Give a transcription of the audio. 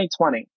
2020